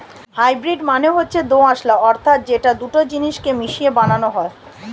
hybrid মানে হচ্ছে দোআঁশলা অর্থাৎ যেটা দুটো জিনিস কে মিশিয়ে বানানো হয়